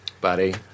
buddy